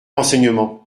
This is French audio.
renseignements